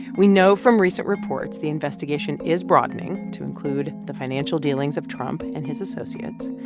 we know from recent reports the investigation is broadening to include the financial dealings of trump and his associates.